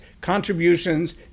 contributions